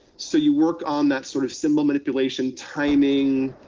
so you work on that sort of symbol manipulation, timing,